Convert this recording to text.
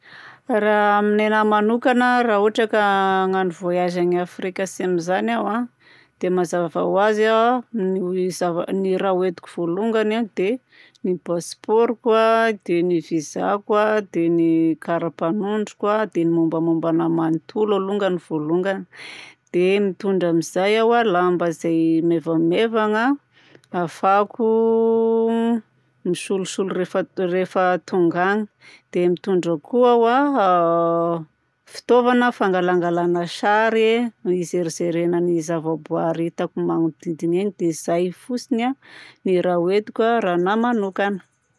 Raha amin'ny anahy manokana raha ohatra ka hagnano voyage agny Afrika Atsimo zany aho a, dia mazava ho azy a, ny zava- ny raha hoentiko vôlongany a dia ny pasipaoroko a, dia ny visaako a, dia ny karapanondroko a, di any mombamomba anahy manontolo alongany no vôlongany. Dia mitondra amin'izay aho a lamba zay maivamaivagna ahafahako misolosolo rehefa t- rehefa tonga agny. Dia mitondra koa aho a fitaovana fangalangalana sary hijerijerena ny zavaboary hitako magnodidina eny dia zay fotsiny a ny raha hoentiko a raha anahy manokana.